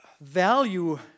value